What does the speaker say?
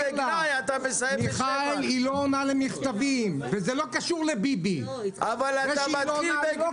הישיבה ננעלה בשעה 11:33.